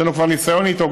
יש לנו כבר ניסיון איתו,